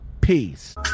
peace